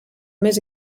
més